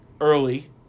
early